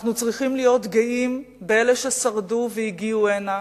אנחנו צריכים להיות גאים באלה ששרדו והגיעו הנה,